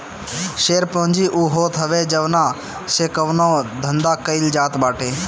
share पूंजी उ होत हवे जवना से कवनो धंधा कईल जात बाटे